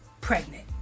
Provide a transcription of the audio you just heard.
pregnant